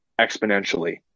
exponentially